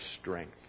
strength